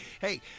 Hey